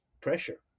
pressure